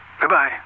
Goodbye